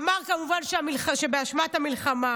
אמר כמובן שזו אשמת המלחמה,